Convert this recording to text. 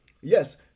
Yes